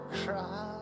cry